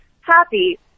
happy